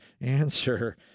answer